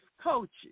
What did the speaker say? coaches